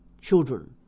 children